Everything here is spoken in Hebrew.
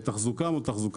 תחזוקה מול תחזוקה.